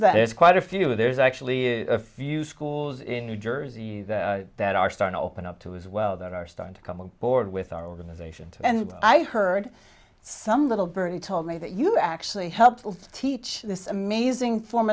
there's quite a few of there's actually a few schools in new jersey that are start to open up to as well that are starting to come on board with our organization and i heard some little birdie told me that you actually helped teach this amazing form